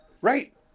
Right